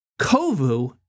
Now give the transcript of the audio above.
Kovu